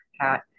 hat